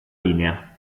linea